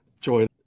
joy